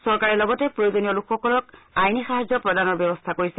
চৰকাৰে লগতে প্ৰয়োজনীয় লোকসকলক আইনী সাহায্য প্ৰদানৰ ব্যৱস্থা কৰিছে